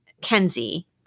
Kenzie